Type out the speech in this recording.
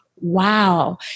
wow